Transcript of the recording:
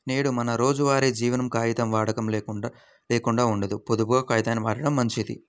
నేడు మన రోజువారీ జీవనంలో కాగితం వాడకం లేకుండా ఉండదు, పొదుపుగా కాగితాల్ని వాడటం మంచిది